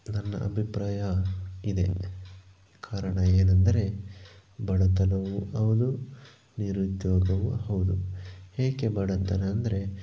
ನನ್ನ ಅಭಿಪ್ರಾಯ ಇದೆ ಕಾರಣ ಏನೆಂದರೆ ಬಡತನವು ಹೌದು ನಿರುದ್ಯೋಗವು ಹೌದು ಏಕೆ ಬಡತನ ಅಂದರೆ